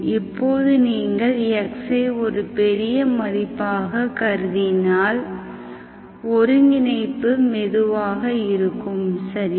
இப்போது நீங்கள் x ஐ ஒரு பெரிய மதிப்பாகக் கருதினால் ஒருங்கிணைப்பு மெதுவாக இருக்கும் சரியா